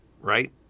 right